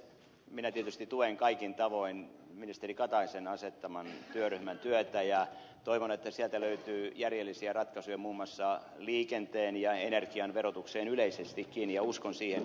minä tietysti tuen kaikin tavoin ministeri kataisen asettaman työryhmän työtä ja toivon että sieltä löytyy järjellisiä ratkaisuja muun muassa liikenteen ja energian verotukseen yleisestikin ja uskon siihen